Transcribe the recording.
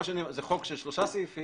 זה חוק של שלושה סעיפים.